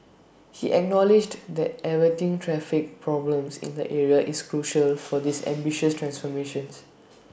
he acknowledged that averting traffic problems in the area is crucial for this ambitious transformation